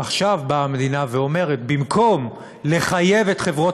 עכשיו באה המדינה ואומרת: במקום לחייב את חברות